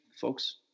folks